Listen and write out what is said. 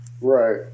Right